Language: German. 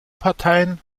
parteien